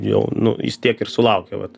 jau nu jis tiek ir sulaukė vat